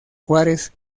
juárez